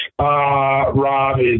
Rob